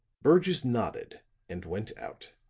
burgess nodded and went out.